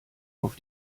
auf